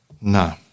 No